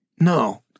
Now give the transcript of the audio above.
No